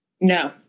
No